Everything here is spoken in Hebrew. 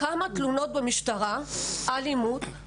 היו כמה תלונות במשטרה על אלימות.